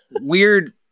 weird